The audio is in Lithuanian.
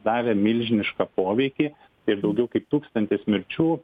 davė milžinišką poveikį ir daugiau kaip tūkstantis mirčių